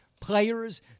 players